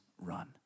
run